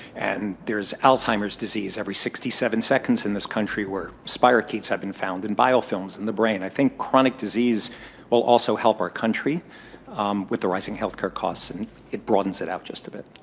and there's alzheimer's disease every sixty seven seconds in this country where spirochetes have been found in biofilms in the brain. i think chronic disease will also help our country with the rising healthcare costs, and it broadens it out just a bit.